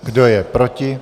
Kdo je proti?